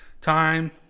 time